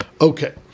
Okay